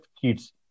kids